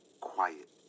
quiet